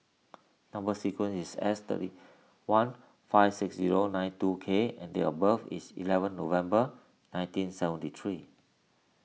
Number Sequence is S thirty one five six zero nine two K and date of birth is eleven November nineteen seventy three